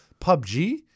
PUBG